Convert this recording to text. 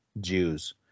Jews